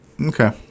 Okay